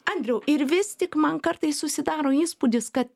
andriau ir vis tik man kartais susidaro įspūdis kad